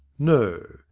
no.